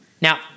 Now